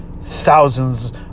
thousands